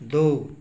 दो